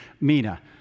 Mina